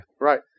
Right